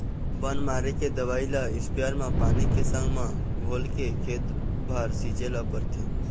बन मारे के दवई ल इस्पेयर म पानी के संग म घोलके खेत भर छिंचे ल परथे